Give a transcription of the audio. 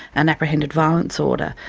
an apprehended violence order,